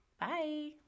Bye